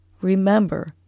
Remember